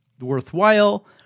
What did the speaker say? worthwhile